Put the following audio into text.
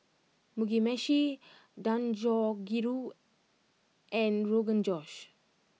Mugi Meshi Dangojiru and Rogan Josh